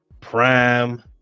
prime